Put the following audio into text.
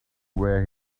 where